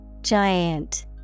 Giant